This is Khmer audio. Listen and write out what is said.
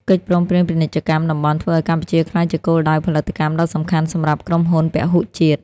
កិច្ចព្រមព្រៀងពាណិជ្ជកម្មតំបន់ធ្វើឱ្យកម្ពុជាក្លាយជាគោលដៅផលិតកម្មដ៏សំខាន់សម្រាប់ក្រុមហ៊ុនពហុជាតិ។